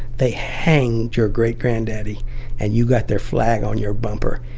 they hanged your great granddaddy and you got their flag on your bumper.